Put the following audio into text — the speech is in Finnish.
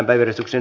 asia